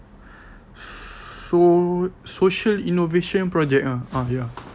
so~ social innovation project ah uh ya